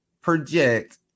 project